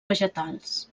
vegetals